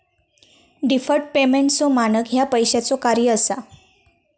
deferred पेमेंटचो मानक ह्या पैशाचो कार्य असा